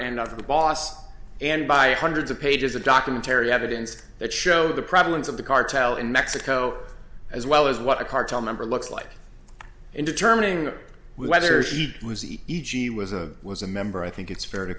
other boss and by hundreds of pages of documentary evidence that show the prevalence of the cartel in mexico as well as what a cartel member looks like in determining whether she was e g was a was a member i think it's fair to